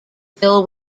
bill